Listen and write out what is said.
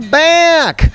back